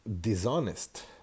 dishonest